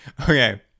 Okay